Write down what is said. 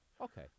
Okay